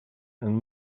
and